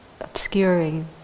obscuring